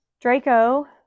Draco